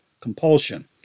compulsion